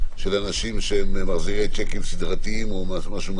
של מחזירי שיקים סדרתיים וכדו'.